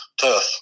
tough